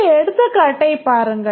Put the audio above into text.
இந்த எடுத்துக்காட்டைப் பாருங்கள்